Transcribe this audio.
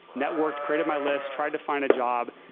networked, created my list, tried to find a job,